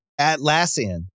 Atlassian